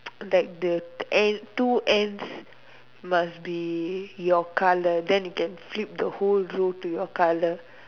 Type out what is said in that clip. like the end two ends must be your colour then you can flip the whole row to your colour